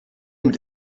mit